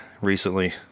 recently